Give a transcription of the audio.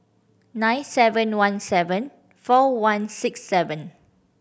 nine seven one seven four one six seven